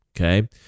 Okay